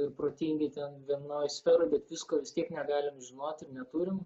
ir protingi ten vienoj sferoj bet visko vis tiek negalim žinoti ir neturim